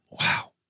Wow